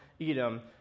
Edom